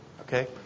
Okay